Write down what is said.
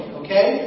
okay